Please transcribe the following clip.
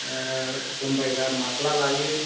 जोमबायग्रा माफ्ला लायो